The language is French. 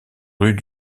rue